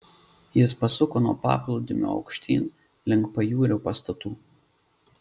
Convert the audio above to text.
jis pasuko nuo paplūdimio aukštyn link pajūrio pastatų